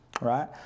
right